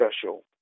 special